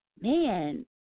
man